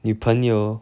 女朋友